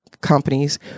companies